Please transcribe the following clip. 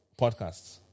Podcasts